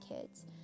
kids